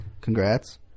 Congrats